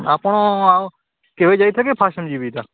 ଆପଣ ଆଉ କେବେ ଯାଇଥିଲେ କି ଫାର୍ଷ୍ଟ ଟାଇମ୍ ଯିବେ ଏଇଟା